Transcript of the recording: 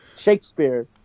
Shakespeare